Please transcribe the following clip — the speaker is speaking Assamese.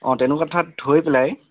অঁ তেনেকুৱা ঠাইত থৈ পেলাই